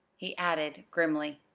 he added grimly.